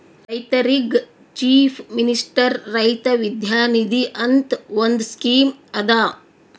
ರೈತರಿಗ್ chief minister Raitha Vidya Nidhi ಅಂತ್ ಒಂದ್ ಸ್ಕೀಮ್ ಅದಾ